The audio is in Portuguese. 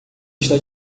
está